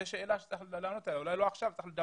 זו שאלה שצריך לדבר עליה ואולי לא עכשיו.